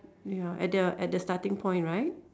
ya at their at the starting point right